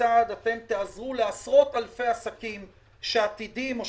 תעזרו לעשרות אלפי עסקים שעתידים לקרוס,